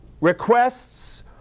requests